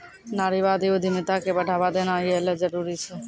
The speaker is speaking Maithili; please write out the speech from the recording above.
नारीवादी उद्यमिता क बढ़ावा देना यै ल जरूरी छै